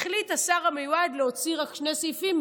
החליט השר המיועד להוציא רק שני סעיפים,